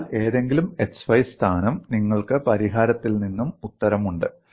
അതിനാൽ ഏതെങ്കിലും x y സ്ഥാനം നിങ്ങൾക്ക് പരിഹാരത്തിൽ നിന്ന് ഉത്തരം ഉണ്ട്